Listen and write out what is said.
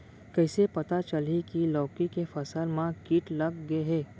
कइसे पता चलही की लौकी के फसल मा किट लग गे हे?